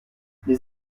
les